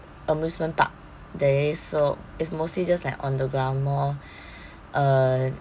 amusement park there is so it's mostly just like on the ground more uh